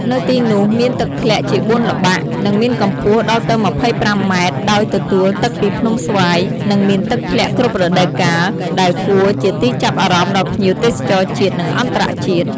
នៅទីនោះមានទឹកធ្លាក់ជាបួនល្បាក់ និងមានកម្ពស់ដល់ទៅម្ភៃប្រាំម៉ែត្រដោយទទួលទឹកពីភ្នំស្វាយនិងមានទឹកធ្លាក់គ្រប់រដូវកាលដែលគួរជាទីចាប់អារម្មណ៍ដល់ភ្ញៀវទេសចរជាតិនិងអន្តរជាតិ។